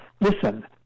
listen